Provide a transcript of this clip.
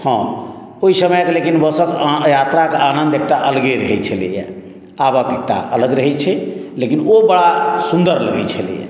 हॅं ओहि समय के लेकिन बस क यात्रा के आनन्द एकटा अलगे रहै छलैया आबक एकटा अलग रहै छै लेकिन ओ बरा सुन्दर लगै छलैया